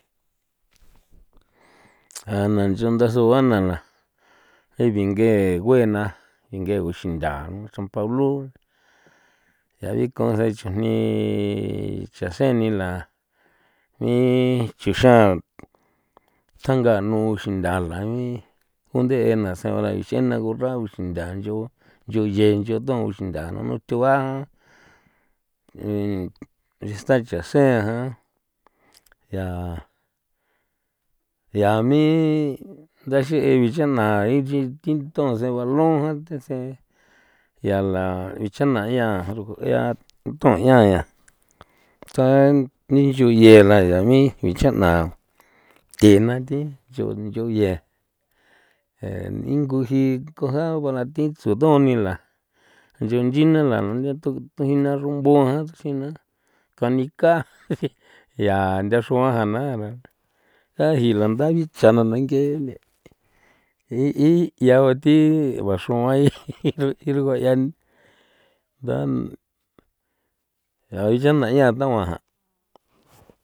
A na chunda sugua na la e dinge gue na dinge guxinthaa son pablo' ya bikon sen chjan ni chasen ni la nichu xan tjanga nu uxintha la ngi unde e na sen bara x'ena gurra uxintha ncho ncho yee ncho thun uxinthaa nanu thua esta chasen jan ya ya mi ndaxi bixana inchin thinton se balun jan te sen ya la icha na 'ian ru 'ian tun 'ian 'ian tsa ni ncho ye la yaa ni nicha'na the na thi ncho ncho ye e nguji coja bara thi tsudo ni la nchon nchina la tu tujina runbo jan tsjina kanika ya nthaxruan jan na ra tajila nda bitsa na na ngene' y y yao thi guaxruan rugua 'ian nda ya bichana 'ian taguan jan.